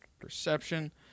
perception